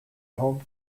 home